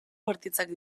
bortitzak